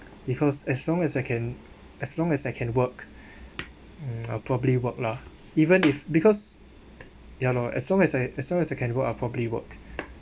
because as long as I can as long as I can work mm probably work lah even if because ya lor as long as I as long as I can I'll probably work